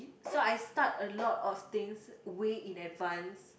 so I start a lot of things week in advance